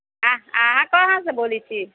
अ अहाँ कहाँसँ बोलैत छी